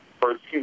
first